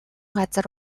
газар